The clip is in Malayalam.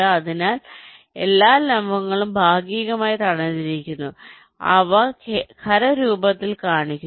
അതിനാൽ എല്ലാ ലംബങ്ങളും ഭാഗികമായി തടഞ്ഞിരിക്കുന്നു അതിനാൽ അവ ഖരരൂപത്തിൽ കാണിക്കുന്നു